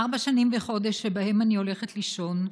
ארבע שנים וחודש שבהם אני הולכת לישון,